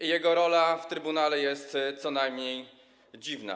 i jego rola w trybunale jest co najmniej dziwna.